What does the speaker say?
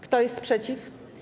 Kto jest przeciw?